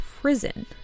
prison